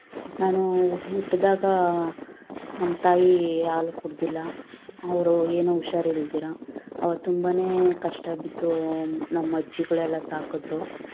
ನಾನು ಉ ಹುಟ್ದಾಗ ನಮ್ಮ ತಾಯಿ ಹಾಲು ಕುಡಿದಿಲ್ಲ ಅವರು ಏನೋ ಹುಷಾರು ಇಲ್ದಿರೋ ಅವ್ರು ತುಂಬಾನೇ ಕಷ್ಟ ಬಿದ್ದು ನಮ್ಮ ಅಜ್ಜಿಗಳೆಲ್ಲ ಸಾಕಿದ್ರು